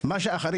מה שאחרים